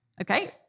Okay